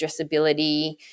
addressability